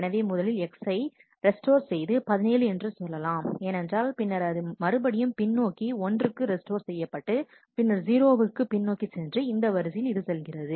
எனவே முதலில் நீங்கள் X யை ரெஸ்டோர் செய்து 17 என்று சொல்லலாம் ஏனென்றால் பின்னர் இது மறுபடியும் பின்னோக்கி 1 ஒன்றுக்கு ரெஸ்டோர் செய்யப்பட்டு பின்னர் 0 விற்கு பின்னோக்கி சென்று இந்த வரிசையில் இது செல்கிறது